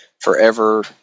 forever